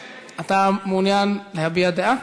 חבר הכנסת מרגלית, אתה מעוניין להביע דעה?